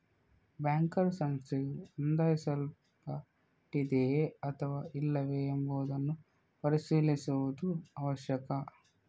banker ಸಂಸ್ಥೆಯು ನೋಂದಾಯಿಸಲ್ಪಟ್ಟಿದೆಯೇ ಅಥವಾ ಇಲ್ಲವೇ ಎಂಬುದನ್ನು ಪರಿಶೀಲಿಸುವುದು ಅವಶ್ಯಕ